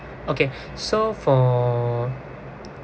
okay so for